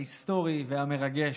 ההיסטורי והמרגש,